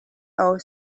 our